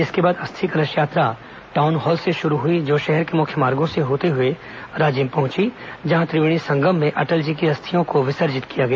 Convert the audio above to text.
इसके बाद अस्थि कलश यात्रा टाउन हॉल से शुरू हुई जो शहर के मुख्य मार्गों से होते हए राजिम पहंची जहां त्रिवेणी संगम में अटल जी की अस्थियों को विसर्जित किया गया